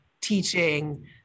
teaching